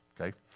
okay